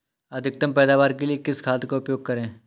अधिकतम पैदावार के लिए किस खाद का उपयोग करें?